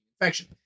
infection